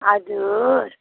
हजुर